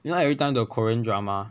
you know everytime the korean drama